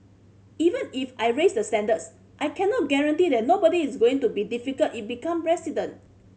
even if I raise the standards I cannot guarantee that nobody is going to be difficult it become president